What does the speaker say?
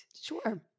Sure